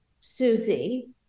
susie